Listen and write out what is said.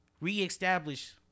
Reestablish